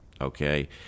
okay